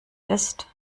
ist